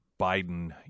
Biden